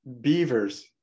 beavers